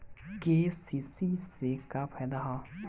KCC से का फायदा ह?